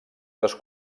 dos